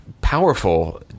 powerful